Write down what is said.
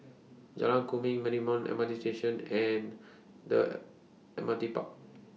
Jalan Kemuning Marymount M R T Station and The M R T Park